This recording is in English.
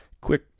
quick